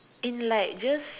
in like just